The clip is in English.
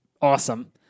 awesome